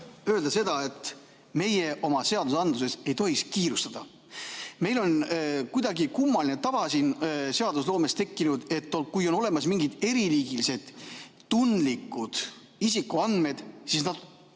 seda, et meie oma seadusandlusega ei tohiks kiirustada. Meil on kuidagi kummaline tava seadusloomes tekkinud, et kui on olemas mingid eriliigilised tundlikud isikuandmed, siis need